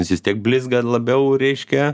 jis vis tiek blizga labiau reiškia